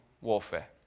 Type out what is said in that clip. warfare